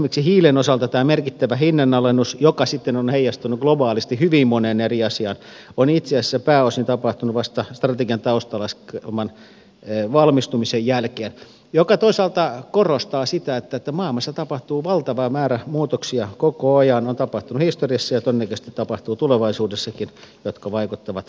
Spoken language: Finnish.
esimerkiksi hiilen osalta tämä merkittävä hinnanalennus joka sitten on heijastunut globaalisti hyvin moneen eri asiaan on itse asiassa pääosin tapahtunut vasta strategian taustalaskelman valmistumisen jälkeen mikä toisaalta korostaa sitä että maailmassa tapahtuu koko ajan valtava määrä muutoksia on tapahtunut historiassa ja todennäköisesti tapahtuu tulevaisuudessakin jotka vaikuttavat olennaisesti